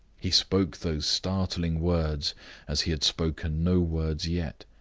he spoke those startling words as he had spoken no words yet.